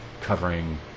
covering